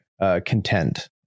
content